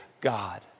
God